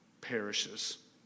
perishes